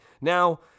Now